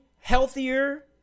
healthier